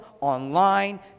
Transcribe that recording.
online